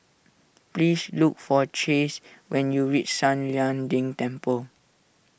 please look for Chace when you reach San Lian Deng Temple